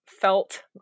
felt